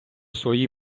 свої